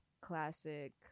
classic